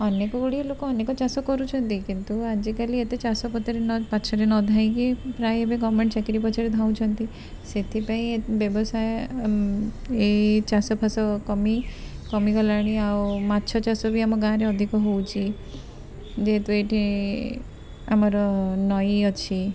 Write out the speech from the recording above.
ଅନେକଗୁଡ଼ିଏ ଲୋକ ଅନେକ ଚାଷ କରୁଛନ୍ତି କିନ୍ତୁ ଆଜିକାଲି ଏତେ ଚାଷ ପଥରେ ନ ପଛରେ ନ ଧାଇଁକି ପ୍ରାୟ ଏବେ ଗଭମେଣ୍ଟ୍ ଚାକିରୀ ପଛରେ ଧାଉଁଛନ୍ତି ସେଥିପାଇଁ ଏ ବ୍ୟବସାୟ ଏଇ ଚାଷଫାଶ କମି କମିଗଲାଣି ଆଉ ମାଛ ଚାଷବି ଆମ ଗାଁ'ରେ ଅଧିକ ହେଉଛି ଯେହେତୁ ଏଠି ଆମର ନଈ ଅଛି